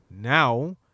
Now